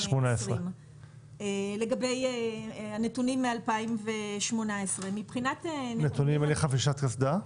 2018. נתונים על אי חבישת קסדה?